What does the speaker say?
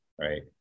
right